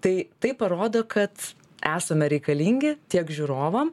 tai tai parodo kad esame reikalingi tiek žiūrovam